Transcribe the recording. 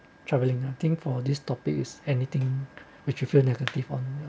travelling I think for this topic is anything which you feel negative or not